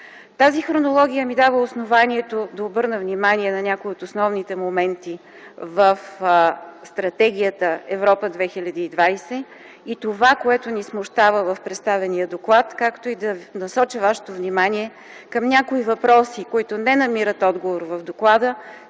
Тази хронология ми дава основанието да обърна внимание на някои от основните моменти в Стратегията „Европа 2020”, това, което ни смущава в представения доклад, както и да насоча вашето внимание към някои въпроси, които не намират отговор в доклада.